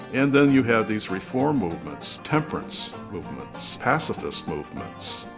and then you had these reform movements, temperance movements, pacifist movements,